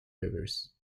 rivers